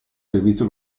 servizio